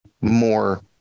more